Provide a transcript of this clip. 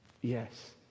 Yes